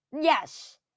yes